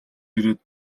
ирээд